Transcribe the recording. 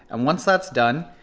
and once that's done,